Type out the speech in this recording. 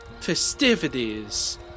festivities